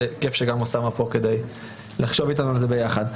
וכיף שגם אוסאמה פה כדי לחשוב איתנו על זה יחד.